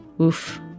oof